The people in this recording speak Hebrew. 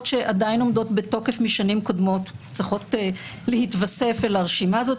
שעדיין עומדות בתוקף משנים קודמות צריכות להתווסף אל הרשימה הזאת.